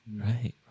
right